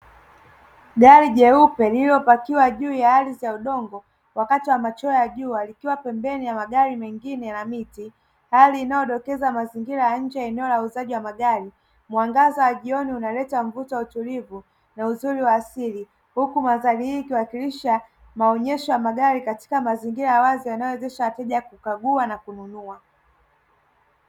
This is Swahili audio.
Gari jeupe lililopakiwa juu ya ardhi ya udongo wakati wa machweo ya jua likiwa pembeni ya magari mengine na miti, hali inayodokeza mazingira ya nje eneo la uuzaji wa magari mwangaza wa jioni unaleta mvuto wa utulivu na uzuri wa asili huku mandhari hii ikiwakilisha maonyesho ya magari katika mazingira wazi yanayowawezesha wateja kukagua na kununua.